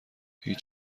هیچ